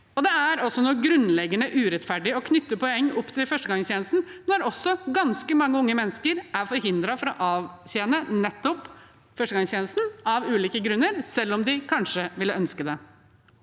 Det er også noe grunnleggende urettferdig i å knytte poeng opp til førstegangstjenesten når ganske mange unge mennesker av ulike grunner er forhindret fra å avtjene nettopp førstegangstjenesten, selv om de kanskje ville ønsket det.